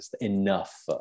enough